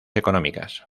económicas